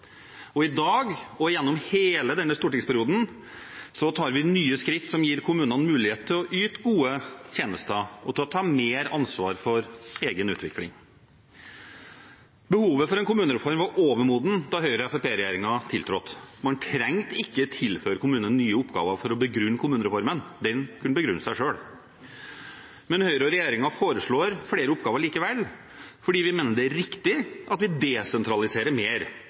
staten. I dag tar vi – og vi har gjennom hele denne stortingsperioden tatt – nye skritt som gir kommunene mulighet til å yte gode tjenester og til å ta mer ansvar for egen utvikling. Behovet for en kommunereform var overmodent da Høyre–Fremskrittsparti-regjeringen tiltrådte. Man trengte ikke å tilføre kommunene nye oppgaver for å begrunne kommunereformen, den kunne begrunne seg selv. Men Høyre og regjeringen foreslår likevel flere oppgaver fordi vi mener det er riktig at vi desentraliserer mer,